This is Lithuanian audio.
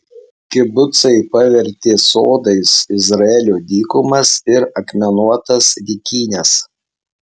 kibucai pavertė sodais izraelio dykumas ir akmenuotas dykynes